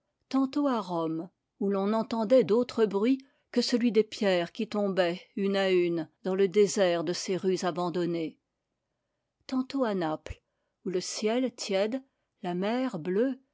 tantôt à rome où l'on n'entendait d'autre bruit que celui des pierres qui tombaient une à une dans le désert de ses rues abandonnées tantôt à naples où le ciel tiède la mer bleue